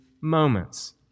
moments